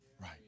Right